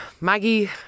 Maggie